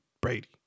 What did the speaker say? Brady